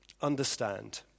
Understand